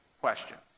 questions